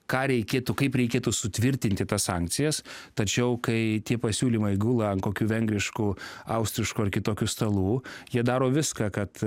ką reikėtų kaip reikėtų sutvirtinti tas sankcijas tačiau kai tie pasiūlymai gula ant kokių vengriškų austriškų ar kitokių stalų jie daro viską kad